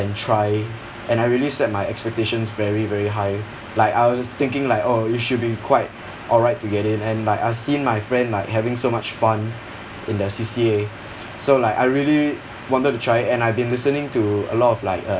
and try and I really set my expectations very very high like I was just thinking like oh you should be quite alright to get in and like I've seen my friend like having so much fun in their C_C_A so like I really wanted to try and I've been listening to a lot of like